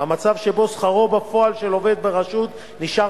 במצב שבו שכרו בפועל של עובד ברשות נשאר